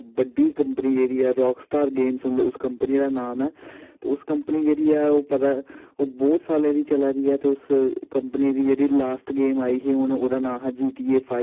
गेमां खलोंन ते साढ़े सारे उध्दर इ'यै गोमां खलोंन बॉल्ली बॉल इ'यै टूरना मैन्टां होन ओह्दे च बच्चे दा मन जेह्ड़ा ओह् साफ रौंह्दा बच्चा फिज़ीकली फिट्ट रौंह्दा